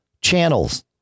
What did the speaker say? channels